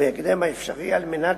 בהקדם האפשרי, על מנת